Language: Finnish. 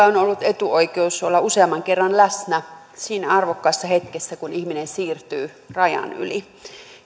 on ollut etuoikeus olla useamman kerran läsnä siinä arvokkaassa hetkessä kun ihminen siirtyy rajan yli